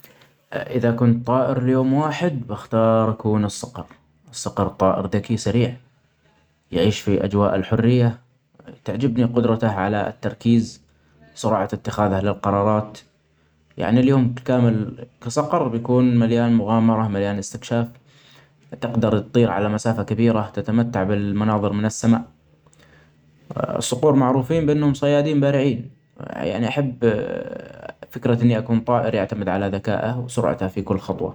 إذا كنت طائر ليوم واحد بختار أكون الصقر ، الصقر طائر ذكي سريع ، يعيش في أجواء الحرية ، تعجبني قدرتة علي التركيز ، وسرعة أتخاذه للقرارات ، يعني اليوم كامل كصقر يكون مليان مغامرة ، مليان إستكشاف تقدر تطير علي مسافة كبيرة ، تتمتع بالمناظر من السما ، الصقور معروفين أنهم صيادين بارعين يعني أحب فكرة أني أكون طائر يعتمد علي ذكائه ، وسرعتة في كل خطوة.